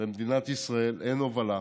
במדינת ישראל שאין הובלה,